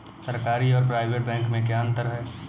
सरकारी और private bank में क्या अंतर है?